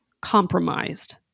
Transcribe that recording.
compromised